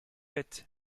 l’êtes